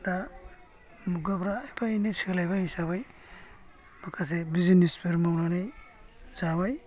दा मुगाफ्रा एफा एनै सोलायबाय हिसाबै माखासे बिजिनेसफोर मावनानै जाबाय